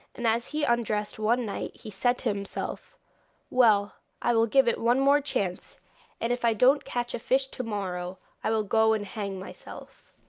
and as he undressed one night he said to himself well, i will give it one more chance and if i don't catch a fish to-morrow, i will go and hang myself